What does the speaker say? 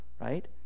right